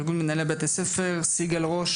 ארגון מנהלי בתי הספר, סיגל ראש